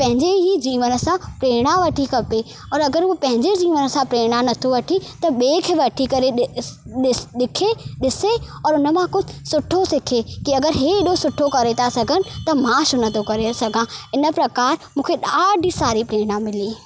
पंहिंजे ई जीवन सां प्रेरणा वठी खपे ऐं अगरि हूअ पंहिंजे जीवन सां प्रेरणा न थो वठे त ॿिए खे वठी करे ॾिस ॾिखे ॾिसे और उन मां कुझु सुठो सिखे की अगरि हे एॾो सुठो करे था सघनि त मां छो न थो करे सघां इन प्रकार मूंखे ॾाढी सारी प्रेरणा मिली